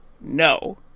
No